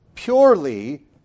purely